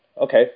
Okay